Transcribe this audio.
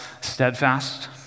steadfast